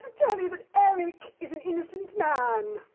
um tell you that eric is an innocent man!